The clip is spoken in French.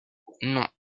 non